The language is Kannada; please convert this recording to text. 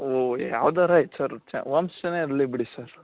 ಓಹ್ ಯಾವ್ದಾರೂ ಆಯ್ತು ಸರ್ ಚ ಓಮ್ಸ್ಟೇನೇ ಇರಲಿ ಬಿಡಿ ಸರ್